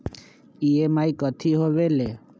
EMI कथी होवेले?